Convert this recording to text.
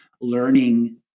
learning